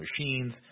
machines